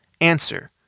Answer